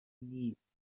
نیست